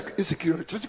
insecurity